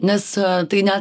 nes tai net